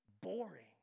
boring